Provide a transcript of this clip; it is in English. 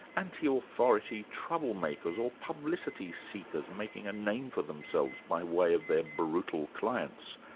anti-authority troublemakers, or publicity-seekers making a name for themselves by way of their brutal clients.